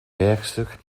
werkstuk